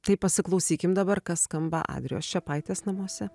tai pasiklausykim dabar kas skamba adrijos čepaitės namuose